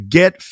get